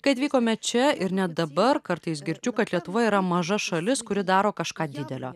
kai atvykome čia ir net dabar kartais girdžiu kad lietuva yra maža šalis kuri daro kažką didelio